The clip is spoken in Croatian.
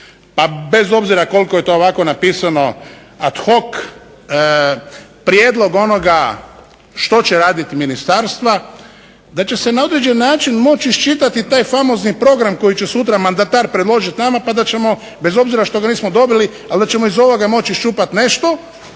pa bez obzira koliko je to ovako napisano ad hoc, prijedlog onoga što će raditi ministarstva da će se na određeni način moći iščitati taj famozni program koji će sutra mandatar predložiti nama pa da ćemo bez obzira što ga nismo dobili ali da ćemo iz ovoga moći iščupati nešto